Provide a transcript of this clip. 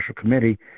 Committee